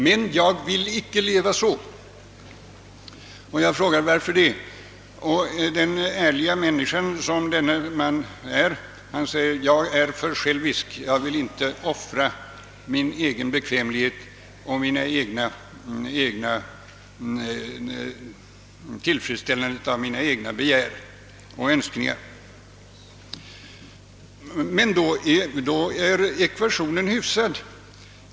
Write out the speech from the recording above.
Men jag vill inte leva så.» Jag frågar: » Varför det?» Den ärlige svarar då: »Jag är för självisk, jag vill inte offra min egen bekvämlighet och tillfredsställandet av mina egna begär och önskningar.» Men då är ekvationen hyfsad.